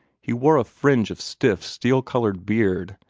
he wore a fringe of stiff, steel-colored beard,